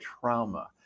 trauma